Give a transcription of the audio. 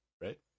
Right